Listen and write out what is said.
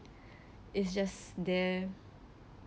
it's just there